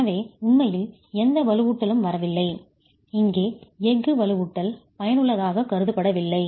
எனவே உண்மையில் எந்த வலுவூட்டலும் வரவில்லை இங்கே எஃகு வலுவூட்டல் பயனுள்ளதாக கருதப்படவில்லை